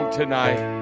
tonight